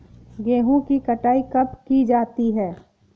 गेहूँ की कटाई कब की जाती है?